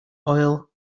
oil